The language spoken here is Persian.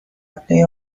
قبلی